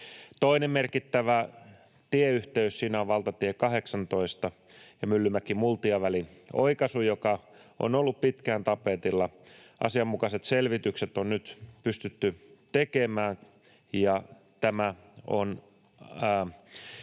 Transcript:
Toinen merkittävä tieyhteys siinä on valtatie 18 ja Myllymäki—Multia-välin oikaisu, joka on ollut pitkään tapetilla. Asianmukaiset selvitykset on nyt pystytty tekemään, ja tämä on